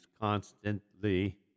constantly